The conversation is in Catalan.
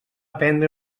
prendre